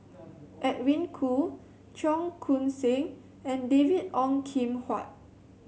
Edwin Koo Cheong Koon Seng and David Ong Kim Huat